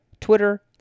Twitter